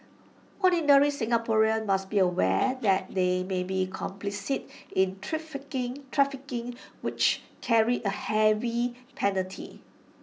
ordinary Singaporeans must be aware that they may be complicit in trafficking which carries A heavy penalty